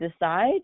decide